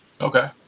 Okay